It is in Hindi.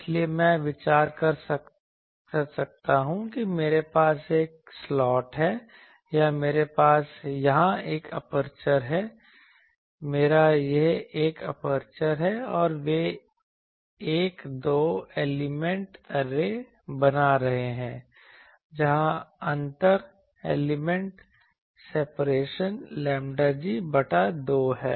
इसलिए मैं विचार कर सकता हूं कि मेरे पास एक स्लॉट है या मेरे पास यहां एक एपर्चर है मेरा यहां एक एपर्चर है और वे एक दो एलिमेंट ऐरे बना रहे हैं जहां अंतर एलिमेंट सेपरेशन 𝛌g बटा 2 है